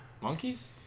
Monkeys